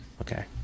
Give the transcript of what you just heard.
Okay